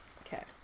Okay